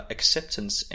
Acceptance